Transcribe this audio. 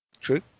true